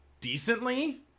decently